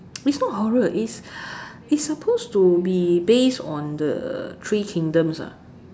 is not horror is supposed to be based on the three kingdoms ah